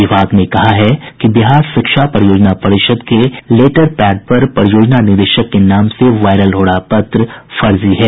विभाग ने कहा है कि बिहार शिक्षा परियोजना परिषद् के लेटर पैड पर परियोजना निदेशक के नाम से वायरल हो रहा पत्र फर्जी है